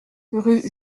rue